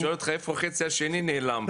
הוא שואל אותך איפה החצי השני נעלם,